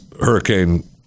hurricane